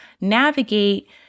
navigate